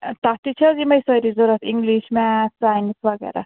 تَتھ تہِ چھِ حظ یِمٔے سٲری ضُروٗرت اِنٛگلِش میتھ سایِنَس وغیرہ